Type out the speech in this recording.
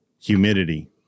Humidity